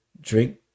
drink